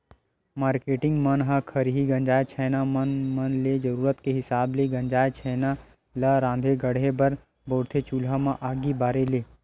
marketing मन ह खरही गंजाय छैना मन म ले जरुरत के हिसाब ले गंजाय छेना ल राँधे गढ़हे बर बउरथे चूल्हा म आगी बारे ले